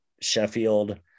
Sheffield